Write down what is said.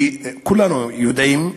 כולנו יודעים,